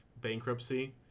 bankruptcy